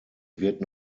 wird